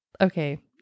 Okay